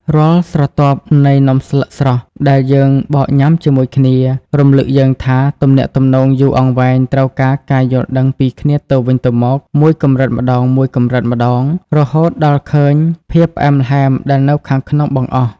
រាល់ស្រទាប់នៃនំស្លឹកស្រស់ដែលយើងបកញ៉ាំជាមួយគ្នា រំលឹកយើងថាទំនាក់ទំនងយូរអង្វែងត្រូវការការយល់ដឹងពីគ្នាទៅវិញទៅមកមួយកម្រិតម្ដងៗ រហូតដល់ឃើញភាពផ្អែមល្ហែមដែលនៅខាងក្នុងបង្អស់។